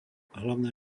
hlavné